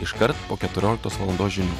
iškart po keturioliktos valandos žinių